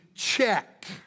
check